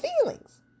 feelings